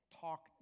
talk